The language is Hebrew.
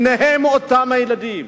שניהם אותם הילדים,